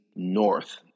north